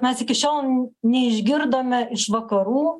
mes iki šiol neišgirdome iš vakarų